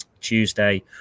Tuesday